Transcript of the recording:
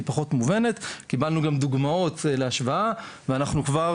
קיבלנו גם דוגמאות להשוואה ואנחנו כבר